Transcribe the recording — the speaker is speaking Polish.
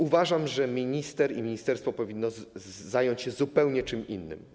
Uważam, że minister i ministerstwo powinni zająć się zupełnie czymś innym.